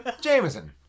Jameson